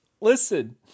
listen